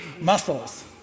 Muscles